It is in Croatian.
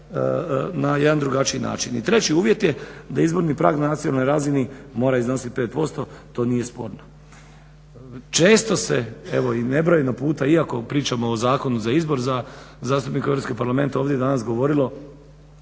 na jedan drugačiji način. I treći uvjet je da izborni prag na nacionalnoj razini mora iznositi 5%, to nije sporno. Često se i evo nebrojeno puta iako pričamo o zakonu za izbor za zastupnika Europskog parlamenta ovdje danas govorilo